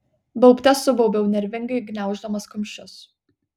baubte subaubiau nervingai gniauždamas kumščius